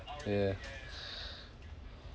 ya